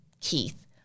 Keith